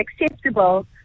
acceptable